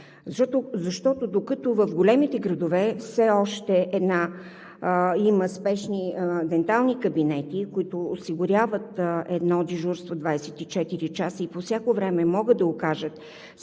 защото докато в големите градове все още има спешни дентални кабинети, които осигуряват 24 часа дежурство и по всяко време могат да окажат